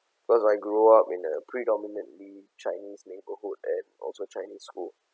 because I grew up in a predominantly chinese neighbourhood and also chinese school